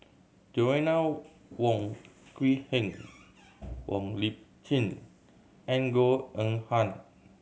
Joanna Wong Quee Heng Wong Lip Chin and Goh Eng Han